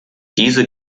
diese